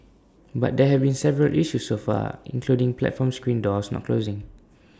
but there have been several issues so far including platform screen doors not closing